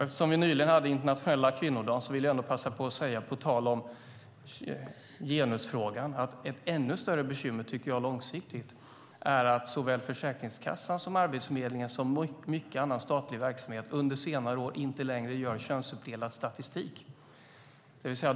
Eftersom vi nyligen hade internationella kvinnodagen vill jag på tal om genusfrågan passa på att säga att ett ännu större bekymmer långsiktigt är att såväl Försäkringskassan som Arbetsförmedlingen och mycket annan statlig verksamhet sedan några år inte längre redovisar könsuppdelad statistik.